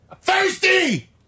Thirsty